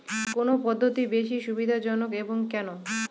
কোন পদ্ধতি বেশি সুবিধাজনক এবং কেন?